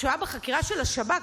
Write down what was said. כשהוא היה בחקירה של השב"כ,